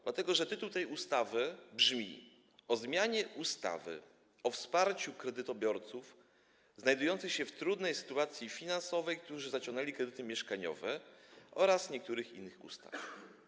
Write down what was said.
Dlatego że tytuł tej ustawy brzmi: o zmianie ustawy o wsparciu kredytobiorców znajdujących się w trudnej sytuacji finansowej, którzy zaciągnęli kredyty mieszkaniowe, oraz niektórych innych ustaw.